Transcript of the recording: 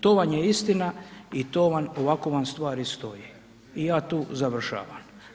To vam je istina i to ovako vam stvari stoje i ja tu završavam.